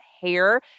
hair